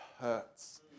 hurts